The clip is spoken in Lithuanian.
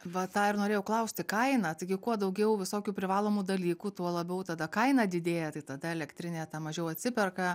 va tą ir norėjau klausti kainą taigi kuo daugiau visokių privalomų dalykų tuo labiau tada kaina didėja tai tada elektrinė ta mažiau atsiperka